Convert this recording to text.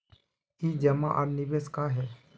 ई जमा आर निवेश का है?